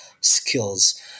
skills